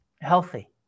healthy